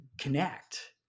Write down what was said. connect